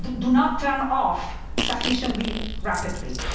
do not turn off sufficiently rapidly.